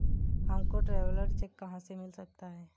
हमको traveller cheque कहाँ से मिल सकता है?